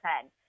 ten